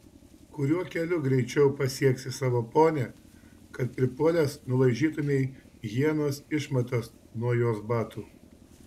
kuriuo keliu greičiau pasieksi savo ponią kad pripuolęs nulaižytumei hienos išmatas nuo jos batų